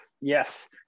Yes